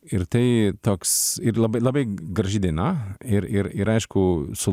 ir tai toks ir labai labai graži daina ir ir ir aišku su